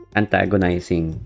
antagonizing